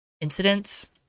incidents